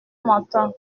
matin